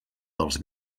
dels